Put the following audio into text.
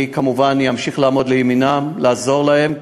אני כמובן אמשיך לעמוד לימינם לעזור להם,